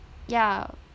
ya